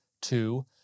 two